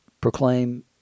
proclaim